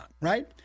right